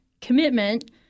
commitment